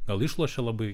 gal išlošia labai